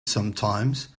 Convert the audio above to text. sometimes